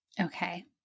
Okay